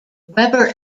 webber